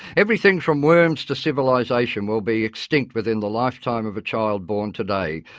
everything from worms to civilisation will be extinct within the lifetime of a child born today,